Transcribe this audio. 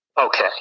Okay